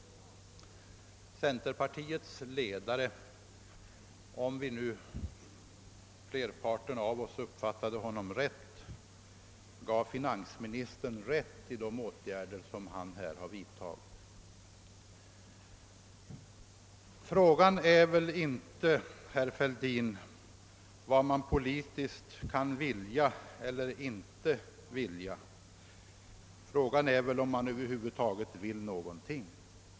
Centerpartiets ledare anslöt sig därvid, enligt vad flerparten av oss uppfattade, till denna finansministerns åtgärd. Frågan är väl inte, herr Fälldin, vad man politiskt vill eller inte vill utan om man över huvud taget vill något.